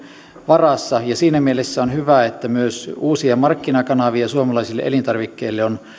varassa ja siinä mielessä on hyvä että myös uusia markkinakanavia suomalaisille elintarvikkeille on